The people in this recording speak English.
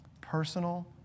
Personal